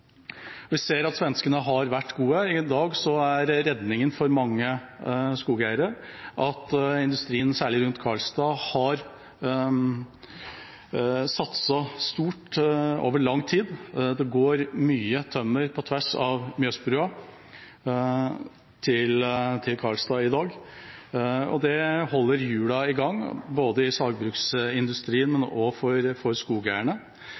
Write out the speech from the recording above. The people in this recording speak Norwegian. Vi ser at svenskene har vært gode. I dag er redningen for mange skogeiere at industrien, særlig rundt Karlstad, har satset stort over lang tid. Det går mye tømmer via Mjøsbrua til Karlstad i dag. Det holder hjulene i gang både i sagbruksindustrien og for skogeierne.